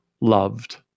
loved